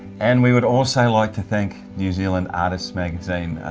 and we would also like to thank new zealand artists magazine,